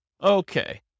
Okay